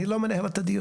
אני לא מנהל את הדיון.